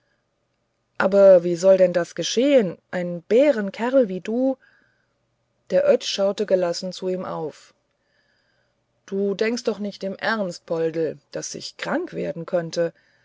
aber wie sollte denn das geschehen ein bärenkerl wie du der oetsch schaute gelassen zu ihm auf du denkst doch nicht im ernst poldl daß ich krank werden könnt